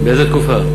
באיזה תקופה?